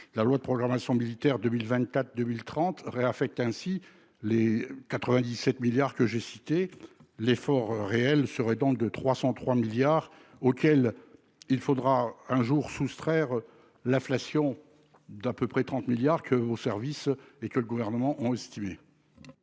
La loi de programmation militaire 2024 2030 réaffecte ainsi les 97 milliards que j'ai cité l'effort réel serait donc de 303 milliards auxquels il faudra un jour soustraire l'inflation d'un peu près 30 milliards que vos services et que le gouvernement ont estimé.